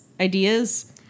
ideas